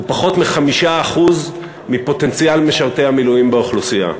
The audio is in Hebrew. הוא פחות מ-5% מפוטנציאל משרתי המילואים באוכלוסייה.